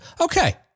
okay